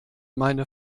meine